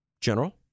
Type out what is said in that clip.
General